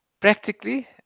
Practically